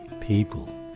people